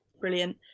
brilliant